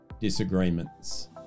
disagreements